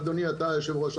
אדוני היושב-ראש,